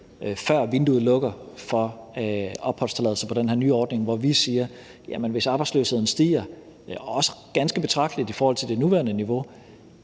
før vinduet lukker for opholdstilladelse på den her nye ordning, hvorimod vi siger, at hvis arbejdsløsheden stiger og også stiger ganske betragteligt i forhold til det nuværende niveau,